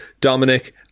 Dominic